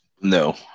No